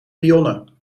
pionnen